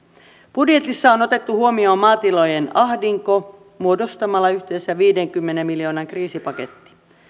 budjetissa on otettu huomioon maatilojen ahdinko muodostamalla yhteensä viidenkymmenen miljoonan kriisipaketti